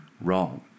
wrong